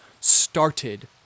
started